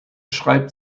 schreibt